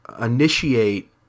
initiate